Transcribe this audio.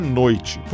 noite